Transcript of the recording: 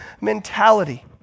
mentality